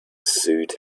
suit